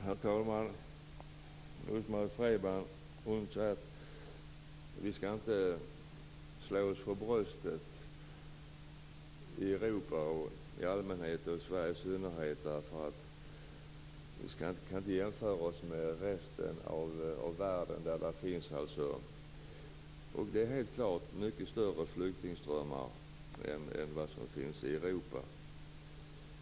Herr talman! Rose-Marie Frebran säger att vi inte skall slå oss för bröstet i Europa i allmänhet och i Sverige i synnerhet därför att vi inte kan jämföra oss med resten av världen där det helt klart finns mycket större flyktingströmmar än i Europa.